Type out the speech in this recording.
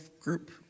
group